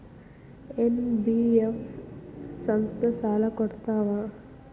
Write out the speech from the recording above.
NBF ಸಂಸ್ಥಾ ಸಾಲಾ ಕೊಡ್ತಾವಾ?